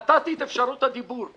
נתתי את אפשרות הדיבור.